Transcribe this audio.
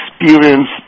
experience